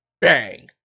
Bang